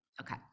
okay